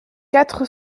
quatre